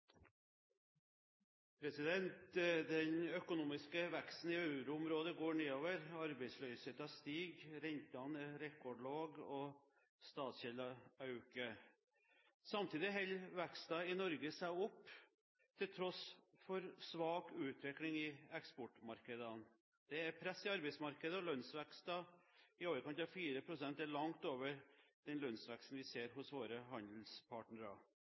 og statsgjelden øker. Samtidig holder veksten i Norge seg oppe til tross for svak utvikling i eksportmarkedene. Det er press i arbeidsmarkedet, og lønnsveksten i overkant av 4 pst. er langt over den lønnsveksten vi ser hos våre handelspartnere.